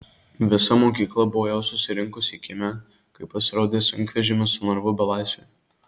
visa mokykla buvo jau susirinkusi kieme kai pasirodė sunkvežimis su narvu belaisviui